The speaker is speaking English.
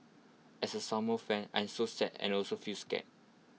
as A sumo fan I am so sad and also feel scared